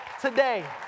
today